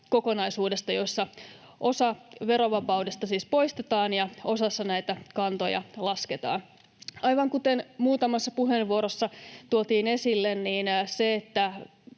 kokonaisuudesta, jossa osa verovapaudesta siis poistetaan ja osassa kantoja lasketaan. Aivan kuten muutamassa puheenvuorossa tuotiin esille, sillä, että